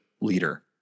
leader